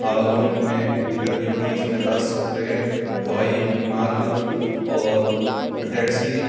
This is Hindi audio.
आवागमन में दिक्कत नहीं होती है इस में बस ट्रेन हवाई मार्ग और टैक्सी